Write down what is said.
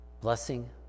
blessing